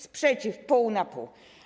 Sprzeciw, pół na pół.